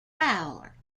fowler